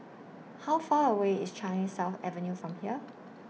How Far away IS Changi South Avenue from here